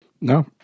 No